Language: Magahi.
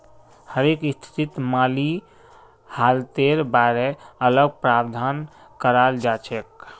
हरेक स्थितित माली हालतेर बारे अलग प्रावधान कराल जाछेक